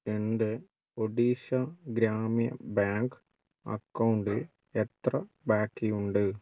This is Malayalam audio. എൻ്റെ ഒഡീഷ ഗ്രാമ്യ ബാങ്ക് അക്കൗണ്ടിൽ എത്ര ബാക്കിയുണ്ട്